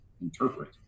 interpret